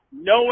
No